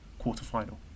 quarterfinal